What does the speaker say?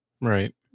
Right